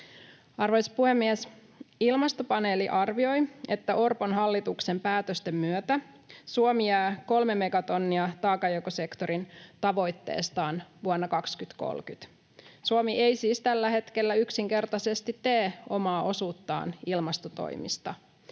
Arvoisa puhemies! Ilmastopaneeli arvioi, että Orpon hallituksen päätösten myötä Suomi jää kolme megatonnia taakanjakosektorin tavoitteestaan vuonna 2030. Suomi ei siis tällä hetkellä yksinkertaisesti tee omaa osuuttaan ilmastotoimista.